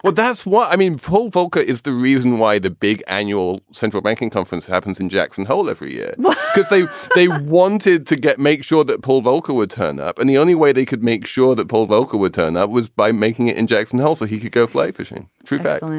that's what i mean whole voca is the reason why the big annual central banking conference happens in jackson hole every year because they they wanted to get make sure that paul volcker would turn up. and the only way they could make sure that paul volcker would turn up was by making it in jackson hole so he could go fly fishing trip back on.